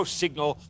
signal